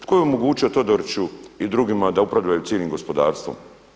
Tko je omogućio Todoriću i drugima da upravljaju cijelim gospodarstvom?